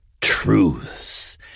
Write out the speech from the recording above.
truth